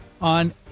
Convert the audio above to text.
on